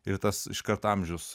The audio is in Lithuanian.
ir tas iškart amžius